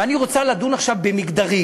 ואני רוצה לדון עכשיו במגדרים,